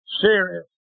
serious